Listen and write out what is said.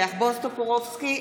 בועז טופורובסקי,